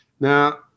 Now